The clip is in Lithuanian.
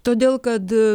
todėl kad